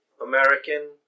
American